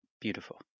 beautiful